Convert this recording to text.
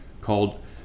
called